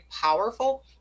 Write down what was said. powerful